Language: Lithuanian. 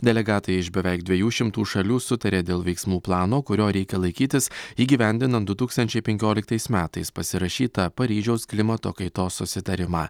delegatai iš beveik dviejų šimtų šalių sutarė dėl veiksmų plano kurio reikia laikytis įgyvendinant du tūkstančiai penkioliktais metais pasirašytą paryžiaus klimato kaitos susitarimą